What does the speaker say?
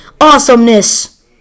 awesomeness